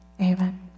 Amen